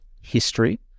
history